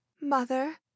Mother